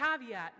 Caveat